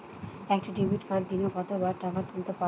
একটি ডেবিটকার্ড দিনে কতবার টাকা তুলতে পারব?